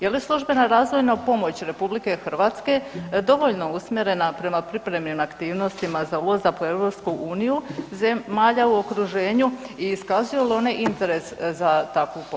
Je li službena razvojna pomoć RH dovoljno usmjerena prema pripremnim aktivnostima za ulazak u EU zemalja u okruženju i iskazuju li one interes za takvu pomoć?